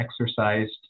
exercised